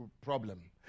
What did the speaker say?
problem